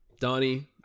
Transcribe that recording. Donnie